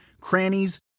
crannies